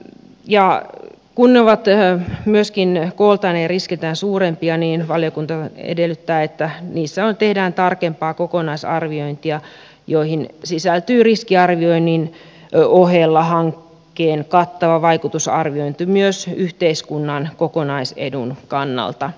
kun ne ovat myöskin kooltaan ja riskiltään suurempia niin valiokunta edellyttää että niissä tehdään tarkempaa kokonaisarviointia johon sisältyy riskiarvioinnin ohella hankkeen kattava vaikutusarviointi myös yhteiskunnan kokonaisedun kannalta